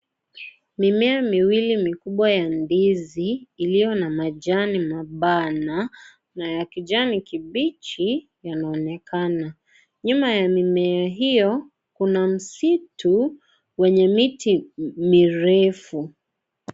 Mimea miwili mIkubwa ya ndizi iliyo na majani mabana na ya kijani kibichi yanaonekana, nyuma ya mimea hiyo kuna msitu wenye miti mirefu.